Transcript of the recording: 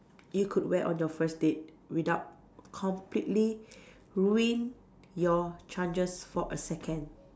you could wear on your first date without completely ruining your chances for a second